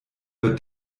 wird